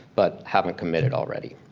but haven't committed already.